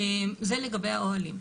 זה לגבי האוהלים.